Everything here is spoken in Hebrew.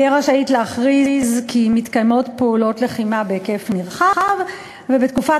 תהיה רשאית להכריז כי מתקיימות פעולות לחימה בהיקף נרחב ובתקופת